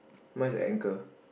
mine's a anchor